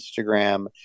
Instagram